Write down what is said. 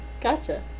gotcha